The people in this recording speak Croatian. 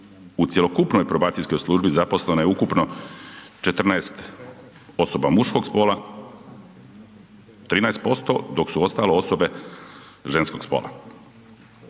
U cjelokupnoj probacijskoj službi zaposleno je ukupno 14 osoba muškog spola, 13%, dok su ostalo osobe ženskog spola.